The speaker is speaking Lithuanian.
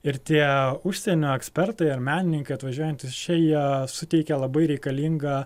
ir tie užsienio ekspertai ar menininkai atvažiuojantys čia jie suteikia labai reikalingą